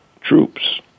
Troops